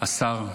השר איתמר,